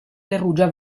perugia